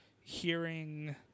hearing